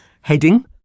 heading